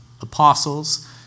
apostles